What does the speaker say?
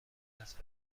است